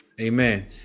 amen